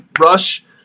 rush